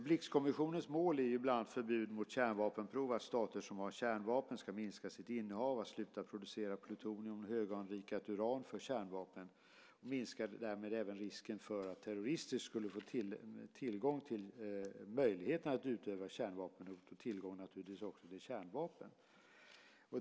Blixkommissionens mål är bland annat förbud mot kärnvapenprov, att stater som har kärnvapen ska minska sitt innehav och sluta producera plutonium, höganrikat uran, för kärnvapen och därmed även minska risken för att terrorister skulle få möjlighet att använda kärnvapen eller tillgång till kärnvapen.